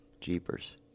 Jeepers